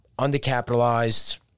undercapitalized